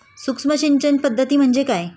सूक्ष्म सिंचन पद्धती म्हणजे काय?